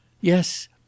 Yes